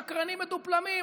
שקרנים מדופלמים,